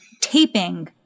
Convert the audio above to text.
taping